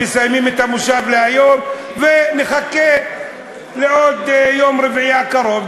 מסיימים את המושב להיום ונחכה ליום רביעי הקרוב,